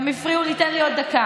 הם הפריעו לי, תן לי עוד דקה.